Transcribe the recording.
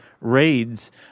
raids